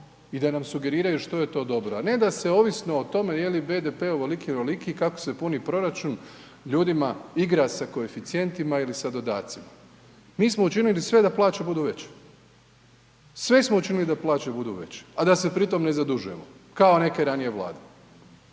i da nam sugeriraju što je to dobro a ne da se ovisno o tome je li BDP ovoliki ili onoliki i kako se puni proračun, ljudima igra sa koeficijentima ili sa dodacima. Mi smo učinili sve da plaće budu veće. Sve smo učinili da plaće budu veće da se pritom ne zadužujemo kao neke ranije Vlade.